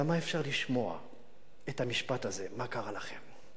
כמה אפשר לשמוע את המשפט הזה: מה קרה לכם?